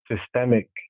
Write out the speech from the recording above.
systemic